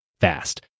fast